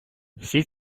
всі